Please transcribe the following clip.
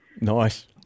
Nice